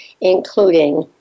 including